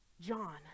John